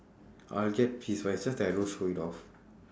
orh I'll get pissed but it's just that I don't show it off